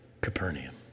Capernaum